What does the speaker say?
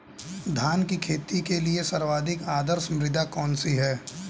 धान की खेती के लिए सर्वाधिक आदर्श मृदा कौन सी है?